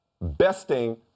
besting